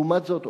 לעומת זאת,